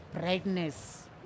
brightness